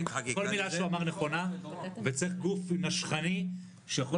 כל מילה שהוא אמר נכונה וצריך גוף נשכני שיכול